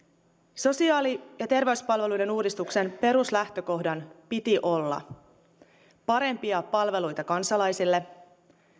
sosiaali ja terveyspalveluiden uudistuksen peruslähtökohdan piti olla parempia palveluita kansalaisille